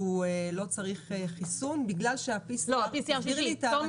שהוא לא צריך חיסון בגלל שה-PCR תסבירי לי את הרציונל.